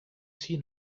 seen